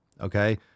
Okay